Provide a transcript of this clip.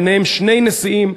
ביניהם שני נשיאים,